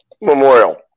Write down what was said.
Memorial